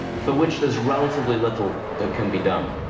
for which there's relatively little that can be done.